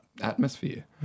atmosphere